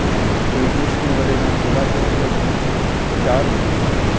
ऐं sweet dish में भले तव्हां गुलाब जामुन मोकिलियो चारि मोकिलिजो बराबरि